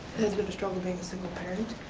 cause with the struggle of being a single parent.